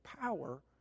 power